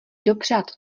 dopřát